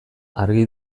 argi